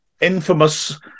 infamous